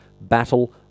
Battle